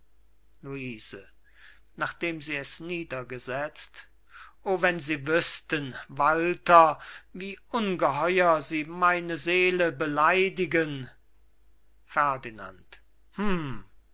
luise nachdem sie es niedergesetzt o wenn sie wüßten walter wie ungeheuer sie meine seele